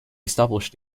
established